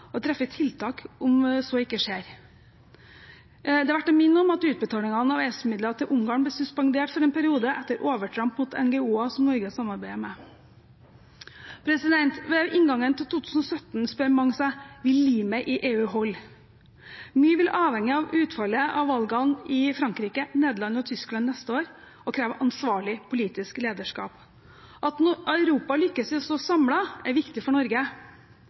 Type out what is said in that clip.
og treffer tiltak om så ikke skjer. Det er verdt å minne om at utbetaling av EØS-midler til Ungarn ble suspendert for en periode etter overtramp mot NGO-er som Norge samarbeider med. Ved inngangen til 2017 spør mange seg: Vil limet i EU holde? Mye vil avhenge av utfallet av valgene i Frankrike, Nederland og Tyskland neste år og kreve ansvarlig politisk lederskap. At Europa lykkes i å stå samlet, er viktig for Norge.